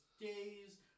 days